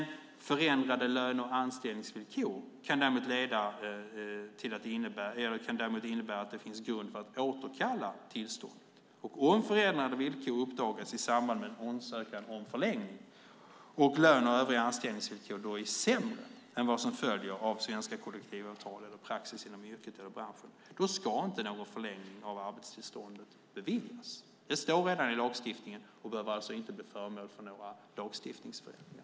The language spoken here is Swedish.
Förändrade löne och anställningsvillkor kan däremot innebära att det finns grund för att återkalla tillstånd. Om förändrade villkor uppdagas i samband med en ansökan om förlängning och om löner och övriga anställningsvillkor då är sämre än vad som följer av svenska kollektivavtal eller praxis inom yrket eller branschen ska inte någon förlängning av arbetstillståndet beviljas. Det står redan i lagstiftningen och behöver alltså inte bli föremål för några lagstiftningsförändringar.